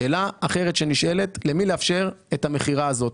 שאלה אחרת שנשאלת היא למי לאפשר את המכירה הזאת.